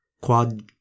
quad